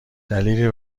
دلیلی